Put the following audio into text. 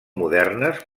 modernes